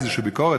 איזו ביקורת,